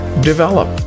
develop